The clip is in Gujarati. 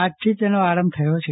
આજથી તેનો આરંભ થયો છે